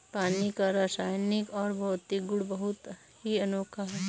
पानी का रासायनिक और भौतिक गुण बहुत ही अनोखा है